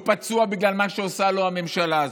פצוע בגלל מה שעושה לו הממשלה הזאת.